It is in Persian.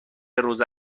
روز